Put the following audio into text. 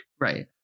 Right